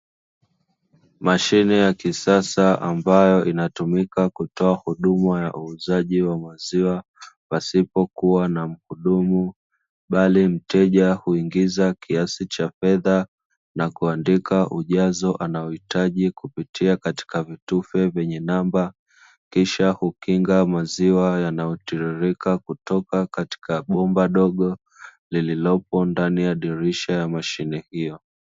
Mashine ya kisasa ambayo inatumika kutoa huduma ya uuzaji wa maziwa, pasipokuwa na mhudumu, bali mteja huingiza kiasi cha fedha na kuandika ujazo anaohitaji kupitia katika vitufe vyenye namba, kisha hukinga maziwa yanayotiririka kutoka katika bomba dogo, lililopo ndani ya dirisha la mashine hiyo.